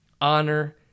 honor